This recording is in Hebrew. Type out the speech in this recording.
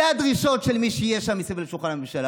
אלה הדרישות של מי שיהיה שם מסביב לשולחן הממשלה,